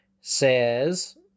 says